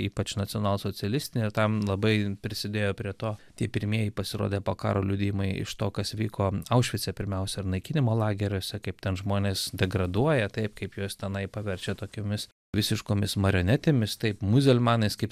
ypač nacionalsocialistai tam labai prisidėjo prie to tie pirmieji pasirodė po karo liudijimai iš to kas vyko aušvice pirmiausia ir naikinimo lageriuose kaip ten žmonės degraduoja taip kaip juos tenai paverčia tokiomis visiškomis marionetėmis taip muzelmanais kaip